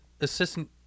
assistant